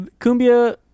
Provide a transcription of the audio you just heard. cumbia